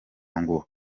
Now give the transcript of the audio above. ngo